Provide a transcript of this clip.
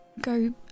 go